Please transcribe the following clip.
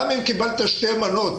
גם אם קיבלת שתי מנות,